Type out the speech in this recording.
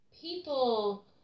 people